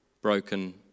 broken